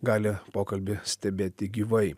gali pokalbį stebėti gyvai